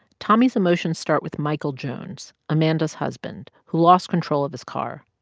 tommy's emotions start with michael jones, amanda's husband, who lost control of his car.